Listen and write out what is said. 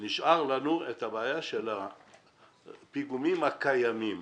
נשארה הבעיה של הפיגומים הקיימים.